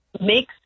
makes